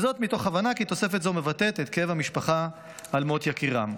וזאת מתוך הבנה כי תוספת זו מבטאת את כאב המשפחה על מות יקירם.